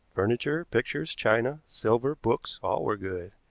furniture, pictures, china, silver, books, all were good.